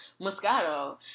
Moscato